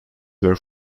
were